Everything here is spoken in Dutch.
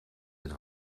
het